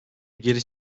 geri